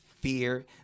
fear